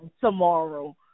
tomorrow